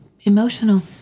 emotional